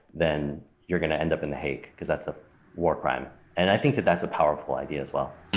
then you're going to end up in the hague because that's a war crime, and i think that that's a powerful idea as well.